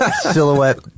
silhouette